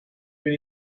bin